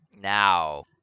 Now